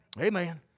Amen